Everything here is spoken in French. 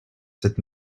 cette